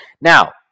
Now